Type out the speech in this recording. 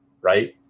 right